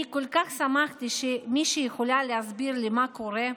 אני כל כך שמחתי שמישהי יכולה להסביר לי מה קורה,